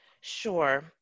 Sure